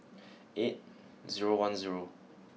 eight zero one zero